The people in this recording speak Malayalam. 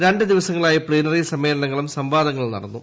രണ്ടു ദിവസങ്ങളിലായി പ്തീനറി സമ്മേളനുങ്ങളും സംവാദങ്ങളും നടന്നു